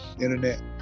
internet